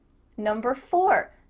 number four,